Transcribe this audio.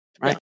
right